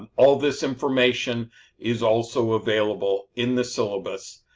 all this information is also available in the syllabus,